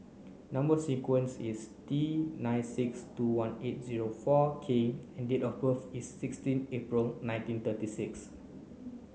number sequence is T nine six two one eight zero four K and date of birth is sixteen April nineteen thirty six